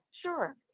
sure